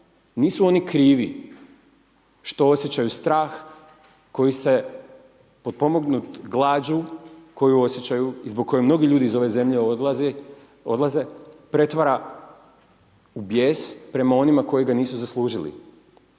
nisu oni krivi što osjećaju strah koji se potpomognut glađu koju osjećaju i zbog koje mnogi ljudi iz ove zemlje odlaze, pretvara u bijes prema onima koji ga nisu zaslužili.